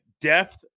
depth